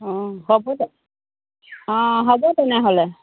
অ' হ'ব তে অ' হ'ব তেনেহ'লে